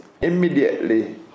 immediately